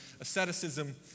Asceticism